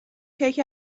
کیک